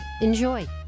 Enjoy